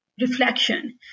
reflection